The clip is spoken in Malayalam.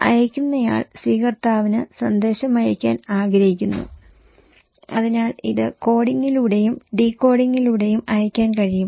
അയയ്ക്കുന്നയാൾ സ്വീകർത്താവിന് സന്ദേശം അയയ്ക്കാൻ ആഗ്രഹിക്കുന്നു അതിനാൽ ഇത് കോഡിംഗിലൂടെയും ഡീകോഡിംഗിലൂടെയും അയയ്ക്കാൻ കഴിയും